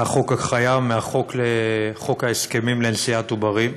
מהחוק הקיים, מחוק ההסכמים לנשיאת עוברים,